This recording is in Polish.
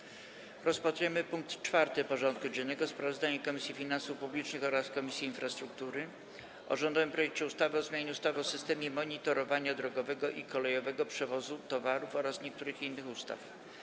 Powracamy do rozpatrzenia punktu 4. porządku dziennego: Sprawozdanie Komisji Finansów Publicznych oraz Komisji Infrastruktury o rządowym projekcie ustawy o zmianie ustawy o systemie monitorowania drogowego i kolejowego przewozu towarów oraz niektórych innych ustaw.